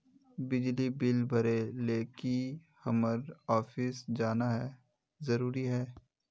बिजली बिल भरे ले की हम्मर ऑफिस जाना है जरूरी है?